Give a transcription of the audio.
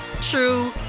true